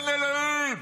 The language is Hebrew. אין אלוהים,